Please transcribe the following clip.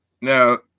Now